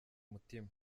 umutima